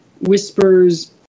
whispers